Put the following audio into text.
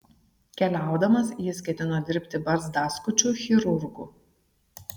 keliaudamas jis ketino dirbti barzdaskučiu chirurgu